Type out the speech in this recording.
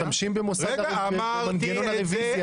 משתמשים במנגנון הזה.